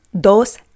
dos